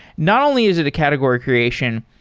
not only is it a category creation,